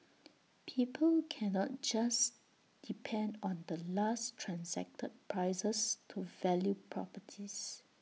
people cannot just depend on the last transacted prices to value properties